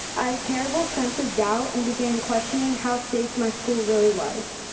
i had a terrible sense of doubt and began questioning how safe my school really was.